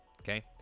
okay